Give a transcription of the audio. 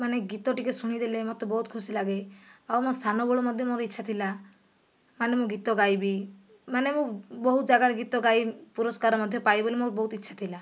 ମାନେ ଗୀତ ଟିକେ ଶୁଣିଦେଲେ ମୋତେ ବହୁତ ଖୁସି ଲାଗେ ଆଉ ମୋ ସାନବେଳୁ ମଧ୍ୟ ମୋର ଇଚ୍ଛା ଥିଲା ମାନେ ମୁଁ ଗୀତ ଗାଇବି ମାନେ ମୁଁ ବହୁତ ଜାଗାରେ ଗୀତ ଗାଇ ପୁରସ୍କାର ମଧ୍ୟ ପାଏ ବୋଲି ମୋର ବହୁତ ଇଚ୍ଛା ଥିଲା